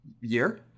Year